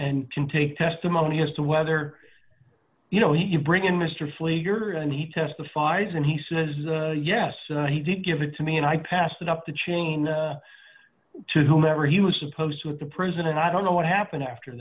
and can take testimony as to whether you know you bring in mister pfleger and he testifies and he says yes he did give it to me and i passed it up the chain to whomever he was supposed with the president i don't know what happened after